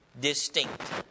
Distinct